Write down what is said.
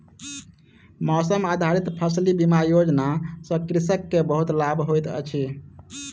मौसम आधारित फसिल बीमा योजना सॅ कृषक के बहुत लाभ होइत अछि